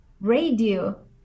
Radio